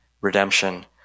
redemption